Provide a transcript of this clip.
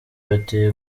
bateye